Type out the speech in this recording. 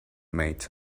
mate